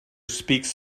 speaks